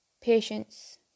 patience